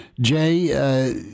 Jay